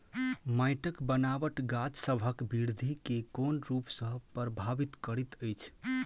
माइटक बनाबट गाछसबक बिरधि केँ कोन रूप सँ परभाबित करइत अछि?